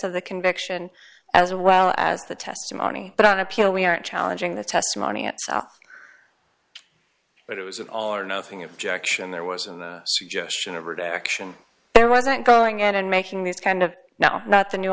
of the conviction as well as the testimony but on appeal we aren't challenging the testimony at south but it was an all or nothing objection there was a suggestion of rejection there wasn't going and making these kind of now not the n